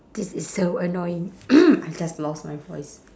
this is so annoying I just lost my voice